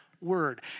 word